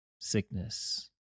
sickness